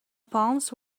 palms